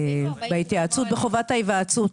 "השלכה תקציבית"?